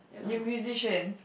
the musician